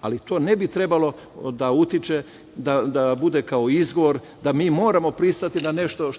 ali to ne bi trebalo da bude kao izgovor da mi moramo pristati na nešto